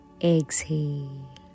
Exhale